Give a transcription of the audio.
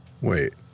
wait